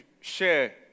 share